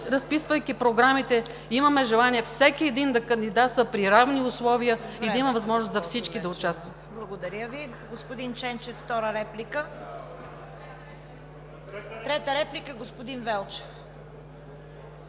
разписвайки програмите, имаме желание всеки един да кандидатства при равни условия и да има възможност всички да участват.